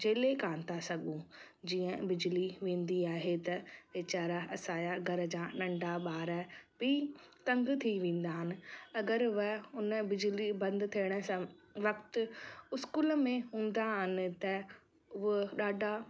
झेले कान था सघूं जीअं बिजली वेंदी आहे त वेचारा असां जा घर जा नन्ढा ॿार बि तंगु थी वेंदा आहिनि अगरि व उन बिजली बंदि थियण सां वक़्तु स्कूल में हूंदा आहिनि त उहो ॾाढा